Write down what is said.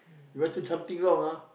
you want to something wrong ah